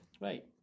Right